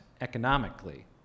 economically